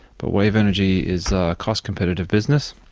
but wave energy is a cost-competitive business,